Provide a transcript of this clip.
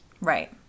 Right